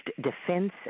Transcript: Defense